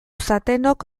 zatenok